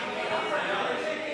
נתקבלה.